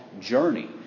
journey